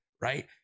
right